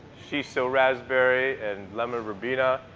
shiso raspberry and lemon verbena.